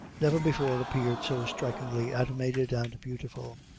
never before appeared so strikingly animated and beautiful.